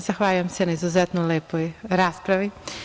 Zahvaljujem se na izuzetno lepoj raspravi.